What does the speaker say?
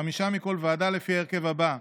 חמישה מכל ועדה, לפי ההרכב הבא: